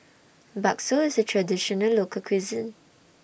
Bakso IS A Traditional Local Cuisine